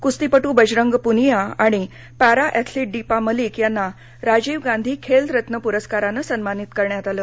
कुस्तीपद्र बजरंग पुनिया आणि para athlete Deepa Malik यांना राजीव गांधी खेलरत्न पुरस्कारानं सम्मानित करण्यात आलं